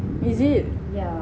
is it